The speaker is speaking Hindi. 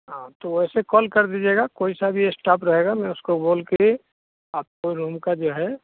हाँ तो वैसे कॉल कर दीजिएगा कोई सा भी इस्टाफ़ रहेगा मैं उसको बोल कर आपके रूम का जो है